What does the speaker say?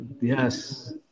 Yes